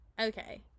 Okay